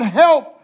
help